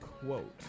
quote